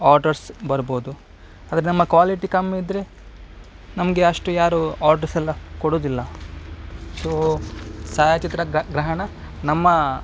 orders ಬರ್ಬೋದು ಆದರೆ ನಮ್ಮ ಕ್ವಾಲಿಟಿ ಕಮ್ಮಿದ್ದರೆ ನಮಗೆ ಅಷ್ಟು ಯಾರು ಆರ್ಡರ್ಸ್ ಎಲ್ಲ ಕೊಡೋದಿಲ್ಲ ಸೊ ಛಾಯಾಚಿತ್ರ ಗ್ರಹಣ ನಮ್ಮ